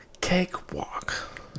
Cakewalk